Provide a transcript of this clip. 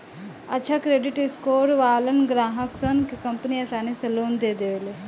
अच्छा credit score वालन ग्राहकसन के कंपनि आसानी से लोन दे देवेले